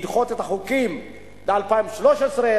ודוחים את החוקים ל-2013,